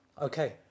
Okay